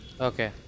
Okay